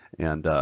and